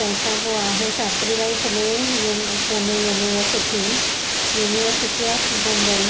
तंहिंखां पोइ आहे Savitri Bai Phule Pune university university of Bombay